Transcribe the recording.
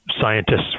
scientists